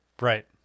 Right